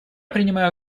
принимаю